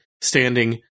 standing